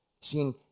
seeing